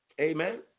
Amen